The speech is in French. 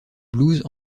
blues